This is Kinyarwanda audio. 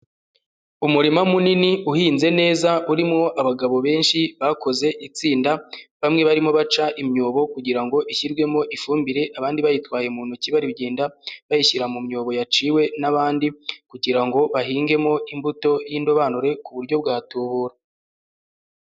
Umurima munini uhinze neza urimwo abagabo benshi bakoze itsinda, bamwe barimo baca imyobo kugira ngo ishyirwemo ifumbire, abandi bayitwaye mu ntoki bari kugenda bayishyira mu myobo yaciwe n'abandi, kugira ngo bahingemo imbuto y'indobanure ku buryo bwa tubura.